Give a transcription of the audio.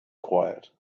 quiet